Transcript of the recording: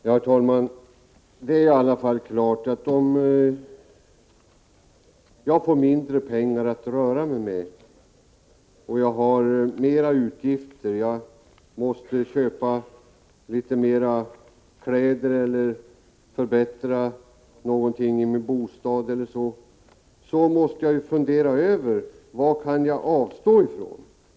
Herr talman! Det är i alla fall klart, att om jag får mindre med pengar att röra mig med samtidigt som jag får större utgifter — jag måste kanske köpa litet mer kläder eller förbättra någonting i min bostad —, måste jag fundera över vad jag kan avstå från.